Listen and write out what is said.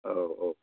औ औ